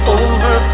over